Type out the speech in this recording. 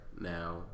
now